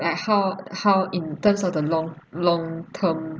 like how how in terms of the long long term